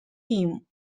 him